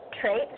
Traits